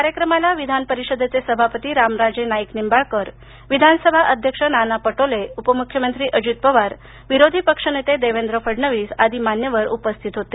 कार्यक्रमाला विधान परिषदेचे सभापती रामराजे नाईक निंबाळकर विधानसभा अध्यक्ष नाना पटोले उपमुख्यमंत्री अजित पवार विरोधी पक्षनेते देवेंद्र फडणवीस आदी मान्यवर उपस्थित होते